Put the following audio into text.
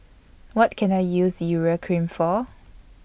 What Can I use Urea Cream For